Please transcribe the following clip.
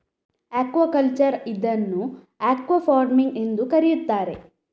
aquaculture ಇದನ್ನು aquafarming ಎಂದೂ ಕರೆಯುತ್ತಾರೆ